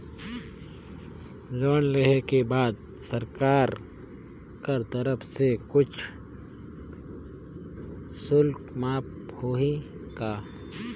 Loan लेहे के बाद सरकार कर तरफ से कुछ शुल्क माफ होही का?